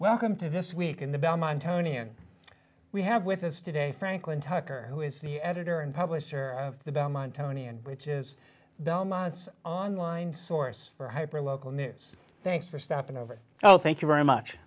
welcome to this week in the belmont tony and we have with us today franklin tucker who is the editor and publisher of the belmont tony and which is belmont's online source for hyper local news thanks for stepping over oh thank you very much